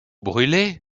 brûlé